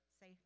Say